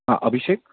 हां अभिषेक